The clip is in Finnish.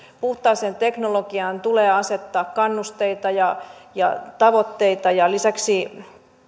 puhtaaseen teknologiaan tulee asettaa kannusteita ja ja tavoitteita ja lisäksi